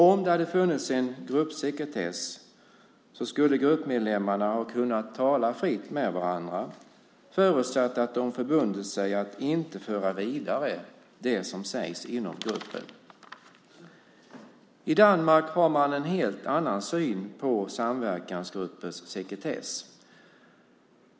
Om det hade funnits en gruppsekretess skulle gruppmedlemmarna ha kunnat tala fritt med varandra förutsatt att de förbundit sig att inte föra vidare det som sägs inom gruppen. I Danmark har man en helt annan syn på samverkansgruppers sekretess.